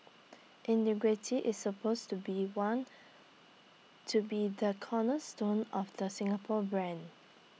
integrity is supposed to be one to be the cornerstone of the Singapore brand